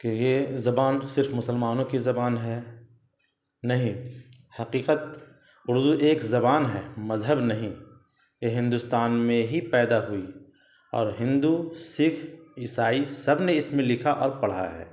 کہ یہ زبان صرف مسلمانوں کی زبان ہے نہیں حقیقت اردو ایک زبان ہے مذہب نہیں یہ ہندوستان میں ہی پیدا ہوئی اور ہندو سکھ عیسائی سب نے اس میں لکھا اور پڑھا ہے